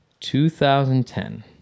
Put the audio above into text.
2010